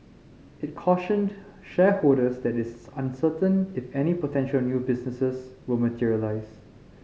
it cautioned shareholders that it is uncertain if any potential new business will materialise